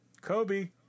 Kobe